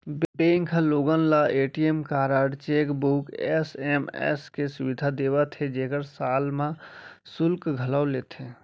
bank ह लोगन ल ए.टी.एम कारड, चेकबूक, एस.एम.एस के सुबिधा देवत हे जेकर साल म सुल्क घलौ लेथे